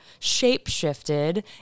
shapeshifted